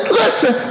listen